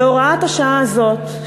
בהוראת השעה הזאת,